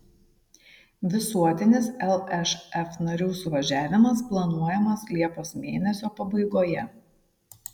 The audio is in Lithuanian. visuotinis lšf narių suvažiavimas planuojamas liepos mėnesio pabaigoje